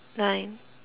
nine